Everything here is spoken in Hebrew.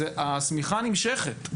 השמיכה נמשכת.